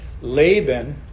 Laban